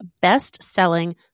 best-selling